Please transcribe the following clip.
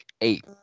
eight